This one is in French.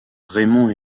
raymond